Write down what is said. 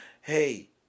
hey